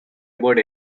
aboard